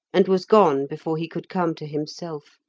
and was gone before he could come to himself.